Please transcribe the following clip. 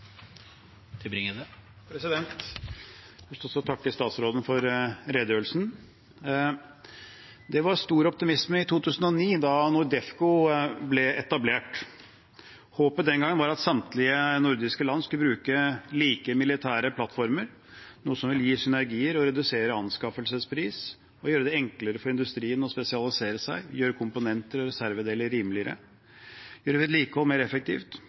takke statsråden for redegjørelsen. Det var stor optimisme i 2009, da Nordefco ble etablert. Håpet den gangen var at samtlige nordiske land skulle bruke like militære plattformer, noe som ville gi synergier og redusere anskaffelsespris, gjøre det enklere for industrien å spesialisere seg, gjøre komponenter og reservedeler rimeligere og gjøre vedlikehold mer effektivt,